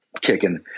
kicking